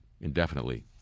indefinitely